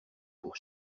pour